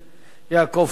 יעקב כץ.